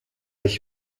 ich